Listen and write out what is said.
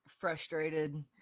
Frustrated